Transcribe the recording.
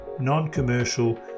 non-commercial